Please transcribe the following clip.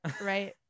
Right